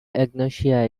agnosia